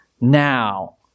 now